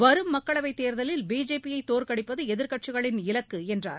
வரும் மக்களவைத் தேர்தலில் பிஜேபியை தோற்கடிப்பது எதிர்க்கட்சிகளின் இலக்கு என்றார்